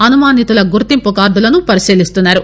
అనుమాతుల గుర్తింపు కార్డులను పరిశీలిస్తున్నారు